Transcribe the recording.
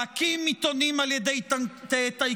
להקים עיתונים על ידי טייקונים,